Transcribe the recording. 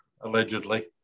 allegedly